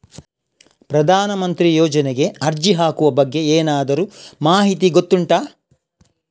ಪ್ರಧಾನ ಮಂತ್ರಿ ಯೋಜನೆಗೆ ಅರ್ಜಿ ಹಾಕುವ ಬಗ್ಗೆ ಏನಾದರೂ ಮಾಹಿತಿ ಗೊತ್ತುಂಟ?